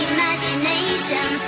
Imagination